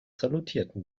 salutierten